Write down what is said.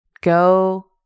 go